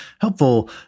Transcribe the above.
helpful